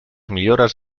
millores